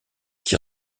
qui